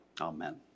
Amen